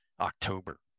October